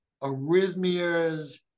arrhythmias